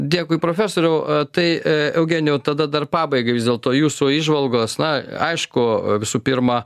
dėkui profesoriau tai e eugenijau tada dar pabaigai vis dėlto jūsų įžvalgos na aišku visų pirma